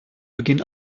beginn